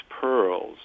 pearls